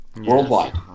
Worldwide